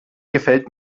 gefällt